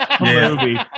movie